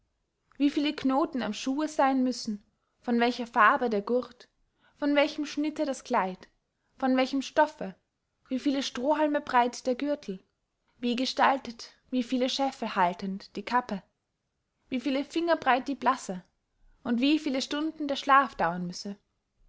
wie viele knoten am schue seyn müssen von welcher farbe der gurt von welchem schnitte das kleid von welchem stoffe wie viele strohhalme breit der gürtel wie gestaltet wie viele scheffel haltend die kappe wie viel finger breit die blasse und wie viele stunden der schlaf dauern müsse